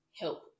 help